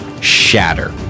shatter